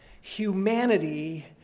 humanity